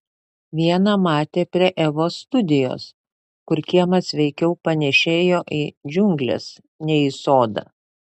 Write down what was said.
vieną matė prie evos studijos kur kiemas veikiau panėšėjo į džiungles nei į sodą